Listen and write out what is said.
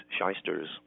shysters